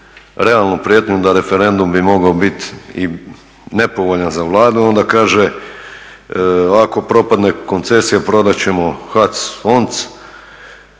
realnu prijetnju da referendum bi mogao biti i nepovoljan za Vladu onda kaže ako propadne koncesija prodati ćemo HAC-ONC,